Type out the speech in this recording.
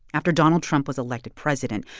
after donald trump was elected president,